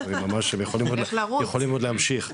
הם יכולים עוד להמשיך,